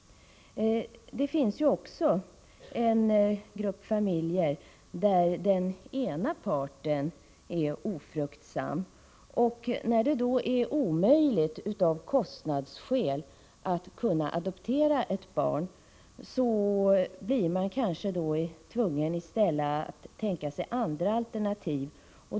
Det finns också en grupp familjer där den ena parten är ofruktsam. När det då av kostnadsskäl är omöjligt att kunna adoptera ett barn, blir man kanske tvungen att i stället tänka sig andra alternativ.